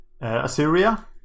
Assyria